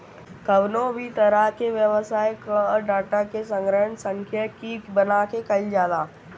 कवनो भी तरही के व्यवसाय कअ डाटा के संग्रहण सांख्यिकी बना के कईल जाला